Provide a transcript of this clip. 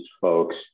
folks